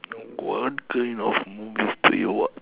what kind of movies do you watch